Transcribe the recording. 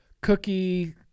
cookie